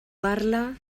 parla